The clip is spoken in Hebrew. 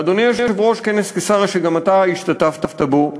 ואדוני היושב-ראש, כנס קיסריה, שגם אתה השתתפת בו,